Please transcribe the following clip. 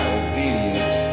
obedience